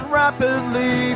rapidly